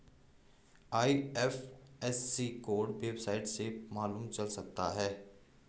IFSC code website से मालूम चल सकता है